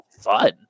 fun